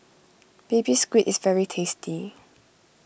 Baby Squid is very tasty